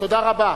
תודה רבה.